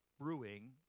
brewing